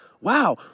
wow